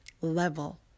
level